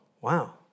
wow